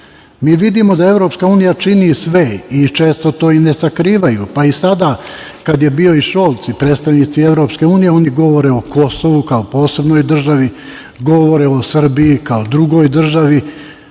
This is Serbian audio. Mi vidimo da Evropska Unija čini sve i često to i ne sakrivaju, pa i sada kada je bio i Šolc i predstavnici Evropske Unije oni govore o Kosovu kao posebnoj državi, govore o Srbiji kao drugoj državi